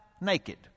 naked